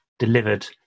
Delivered